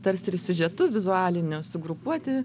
tarsi ir siužetu vizualiniu sugrupuoti